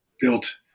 built